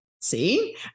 See